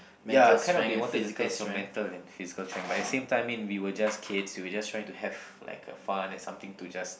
ya kind of they wanted to test your mental and physical strength but at the same time we were just kids we were just trying to have like a fun and something to just